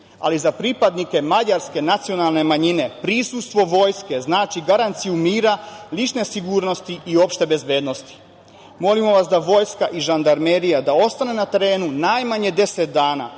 ali za pripadnike mađarske nacionalne manjine prisustvo Vojske znači garanciju mira, lične sigurnosti i opšte bezbednosti. Molimo vas da Vojska i Žandarmerija ostanu na terenu najmanje deset dana